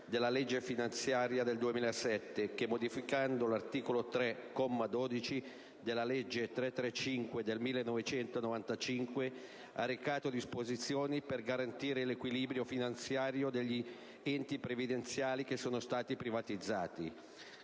della legge finanziaria del 2007 che, modificando l'articolo 3, comma 12, della legge n. 335 del 1995, ha recato disposizioni per garantire l'equilibrio finanziario degli enti previdenziali che sono stati privatizzati.